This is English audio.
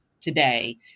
today